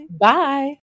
Bye